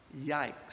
Yikes